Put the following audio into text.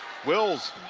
wills.